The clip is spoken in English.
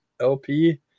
LP